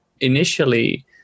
initially